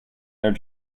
their